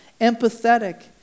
empathetic